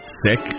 sick